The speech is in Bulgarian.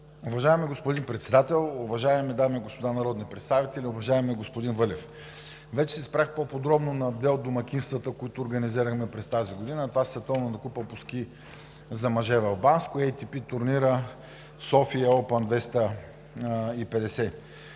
Уважаеми господин Председател, уважаеми дами и господа народни представители, уважаеми господин Вълев! Вече се спрях по-подробно на две от домакинствата, които организирахме през тази година – това са Световната купа по ски за мъже в Банско и АТП турнирът Sofia Open 250.